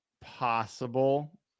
possible